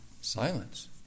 silence